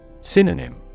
Synonym